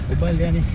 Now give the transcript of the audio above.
berbual dengan ni